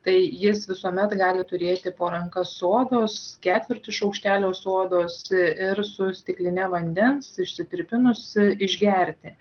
tai jis visuomet gali turėti po ranka sodos ketvirtį šaukštelio sodos ir su stikline vandens išsitirpinus išgerti